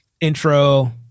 intro